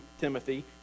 Timothy